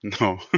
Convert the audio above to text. No